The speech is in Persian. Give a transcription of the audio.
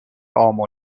عام